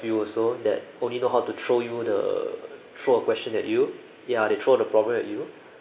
few also that only know how to throw you the throw a question at you ya they throw the problem at you